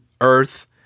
earth